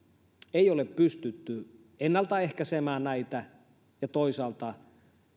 ei ole pystytty ennaltaehkäisemään näitä ja toisaalta